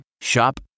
Shop